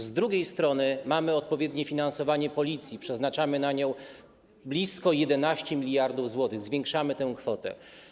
Z drugiej strony mamy odpowiednie finansowanie Policji, przeznaczamy na nią blisko 11 mld zł, zwiększamy tę kwotę.